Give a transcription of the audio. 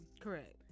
Correct